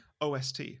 OST